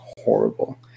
horrible